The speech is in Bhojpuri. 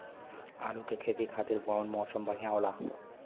आलू के खेती खातिर कउन मौसम बढ़ियां होला?